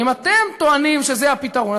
הרי אם אתם טוענים שזה הפתרון,